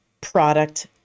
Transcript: product